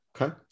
Okay